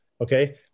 Okay